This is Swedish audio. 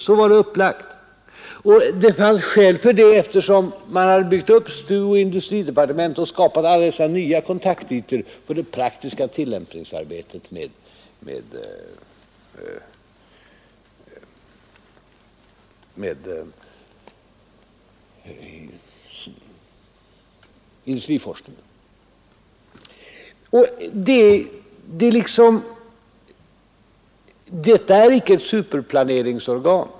Så var det upplagt, och det fanns skäl för det eftersom man hade byggt upp STU och industridepartementet och skapat alla dessa nya kontaktytor för det praktiska tillämpningsarbetet med industriforskningen. Detta är icke ett superplaneringsorgan.